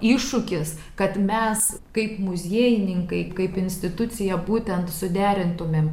iššūkis kad mes kaip muziejininkai kaip institucija būtent suderintumėme